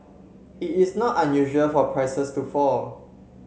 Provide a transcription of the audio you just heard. it is not unusual for prices to fall